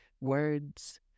words